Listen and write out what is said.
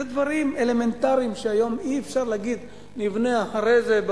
אלה דברים אלמנטריים שהיום אי-אפשר לומר שנבנה אחרי זה,